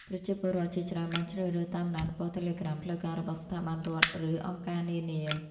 ប្រជាពលរដ្ឋជាច្រើនបានជ្រើសរើស តាមដានប៉ុស្តិ៍ Telegram ផ្លូវការ របស់ស្ថាប័នរដ្ឋ ឬអង្គការនានា។